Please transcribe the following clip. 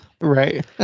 right